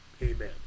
Amen